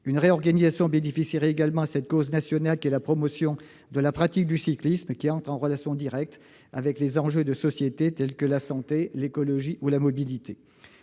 Une réorganisation bénéficierait également à cette cause nationale qu'est la promotion de la pratique du cyclisme, laquelle entre en relation directe avec des enjeux de société tels que la santé, l'écologie ou la mobilité.